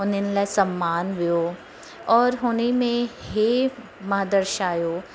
हुननि लाइ सम्मान हुयो और हुन में हे मां दर्शायो